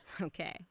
Okay